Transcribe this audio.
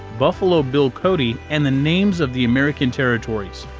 buffalo bill cody, and the names of the american territories.